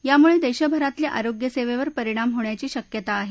यामुळे देशभरातल्या आरोग्यसेवेवर परिणाम होण्याची शक्यता आहे